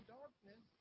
darkness